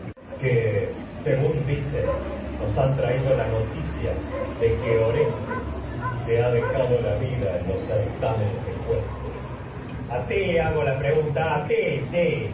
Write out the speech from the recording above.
que según dicen nos han traído la noticia de que orestes a se ha dejado la vida en los certámenes ecuestres ti a ti hago la pregunta mostrabas en a ti sí